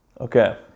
Okay